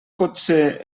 potser